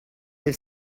have